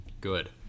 good